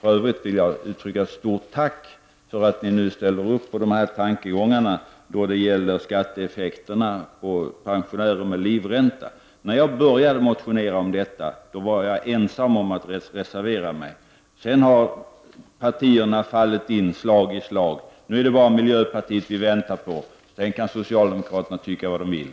I övrigt vill jag uttrycka ett stort tack för att ni nu ställer upp på de här tankegångarna då det gäller skatteeffekterna för pensionärer med livränta. När jag började motionera om detta var jag ensam om att reservera mig. Sedan har partierna fallit in ett efter ett — nu är det bara miljöpartiet vi väntar på; sedan kan socialdemokraterna tycka vad de vill.